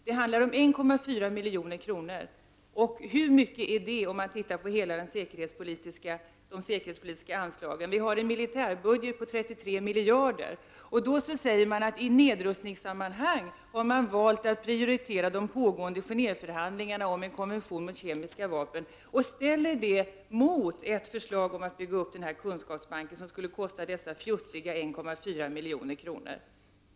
Det handlar om 1,4 milj.kr. Hur mycket är det egentligen, om man ser beloppet i förhållande till det säkerhetspolitiska anslaget i dess helhet; vi har en militärbudget på 33 miljarder? I svaret säger utrikesministern att man i nedrustningsammanhang valt att prioritera de pågående Genétveförhandlingarna om en konvention mot kemiska vapen. Detta ställs mot förslaget att bygga upp denna kunskapsbank, som skulle kosta dessa futtiga 1,4 milj.kr.